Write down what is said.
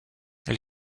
elle